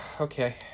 okay